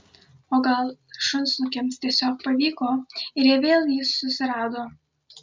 o gal šunsnukiams tiesiog pavyko ir jie vėl jį susirado